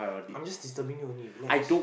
I'm just disturbing you only relax